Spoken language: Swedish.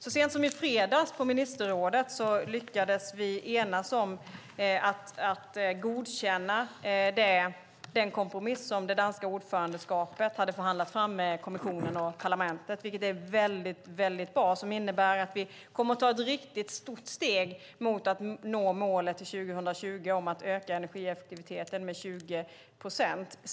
Så sent som i fredags, på ministerrådet, lyckades vi enas om att godkänna den kompromiss det danska ordförandeskapet hade förhandlat fram med kommissionen och parlamentet. Den är väldigt bra och innebär att vi kommer att ta ett riktigt stort steg mot att nå målet om att öka energieffektiviteten med 20 procent till 2020.